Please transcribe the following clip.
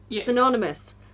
synonymous